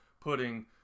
putting